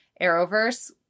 Arrowverse